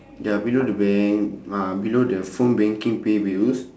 ya below the bank ah below the phone banking pay bills